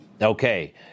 Okay